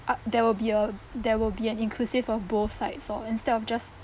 uh there will be a there will be an inclusive of both sides or instead of just